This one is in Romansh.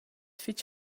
fich